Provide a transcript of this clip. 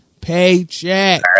Paycheck